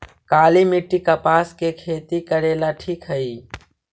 काली मिट्टी, कपास के खेती करेला ठिक हइ?